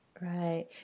right